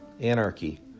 anarchy